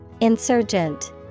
Insurgent